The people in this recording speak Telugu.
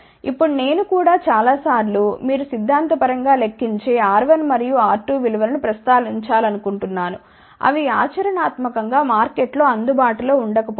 ఇప్పుడు నేను కూడా చాలా సార్లు మీరు సిద్ధాంత పరంగా లెక్కించే R1 మరియు R2 విలు వలను ప్రస్తావించాలనుకుంటున్నానుఅవి ఆచరణాత్మకం గా మార్కెట్ లో అందుబాటులో ఉండకపోవచ్చు